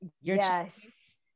Yes